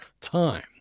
time